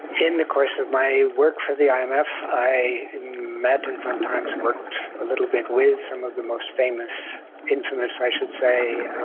in the course of my work for the um imf, i met and sometimes worked a little bit with some of the most famous infamous i should say